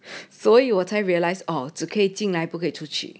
所以我才 realise orh 只可以进来不可以出去